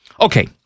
Okay